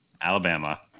Alabama